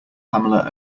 pamela